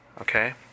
Okay